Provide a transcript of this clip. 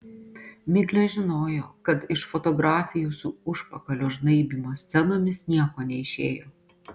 miglė žinojo kad iš fotografijų su užpakalio žnaibymo scenomis nieko neišėjo